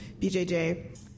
BJJ